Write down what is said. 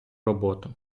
роботу